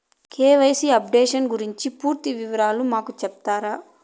KYC updation గురించి పూర్తి వివరాలు మాకు సెప్తారా?